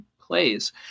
plays